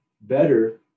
better